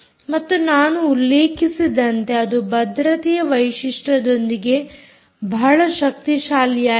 ಮತ್ತು ನಾನು ಉಲ್ಲೇಖಿಸಿದಂತೆ ಅದು ಭದ್ರತೆಯ ವೈಶಿಷ್ಟ್ಯದೊಂದಿಗೆ ಬಹಳ ಶಕ್ತಿಶಾಲಿಯಾಗಿದೆ